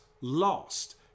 lost